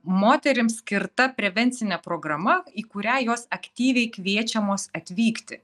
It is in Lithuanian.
moterims skirta prevencinė programa į kurią jos aktyviai kviečiamos atvykti